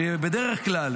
שבדרך כלל,